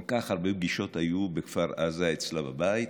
כל כך הרבה פגישות היו בכפר עזה אצלה בבית